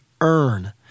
earn